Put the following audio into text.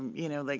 you know, like,